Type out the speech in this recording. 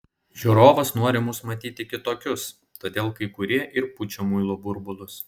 žiūrovas nori mus matyti kitokius todėl kai kurie ir pučia muilo burbulus